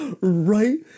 right